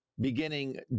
Beginning